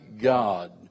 God